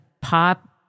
pop